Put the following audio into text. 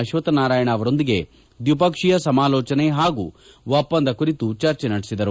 ಅಶ್ವಕ್ಥ ನಾರಾಯಣ ಅವರೊಂದಿಗೆ ದ್ವಿಪಕ್ಷೀಯ ಸಮಾಲೋಜನೆ ಹಾಗೂ ಒಪ್ಪಂದ ಕುರಿತು ಚರ್ಚೆ ನಡೆಸಿದರು